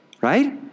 right